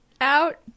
out